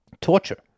Torture